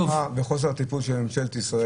זה בגלל ההזנחה וחוסר הטיפול של ממשלת ישראל.